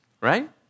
Right